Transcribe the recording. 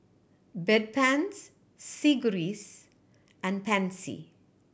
Bedpans Sigvaris and Pansy